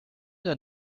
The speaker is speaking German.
der